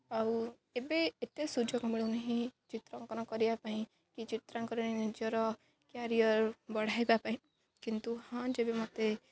ଆଉ ଏବେ ଏତେ ସୁଯୋଗ ମିଳୁନାହିଁ ଚିତ୍ରାଙ୍କନ କରିବା ପାଇଁ କି ଚିତ୍ରାଙ୍କନରେ ନିଜର କ୍ୟାରିୟର୍ ବଢ଼ାଇବା ପାଇଁ କିନ୍ତୁ ହଁ ଯେବେ ମୋତେ